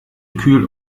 kühl